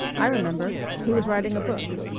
i remember. he was writing a book.